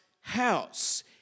house